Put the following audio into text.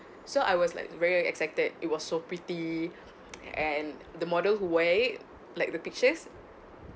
so I was like very excited it was so pretty and the model who wear like the pictures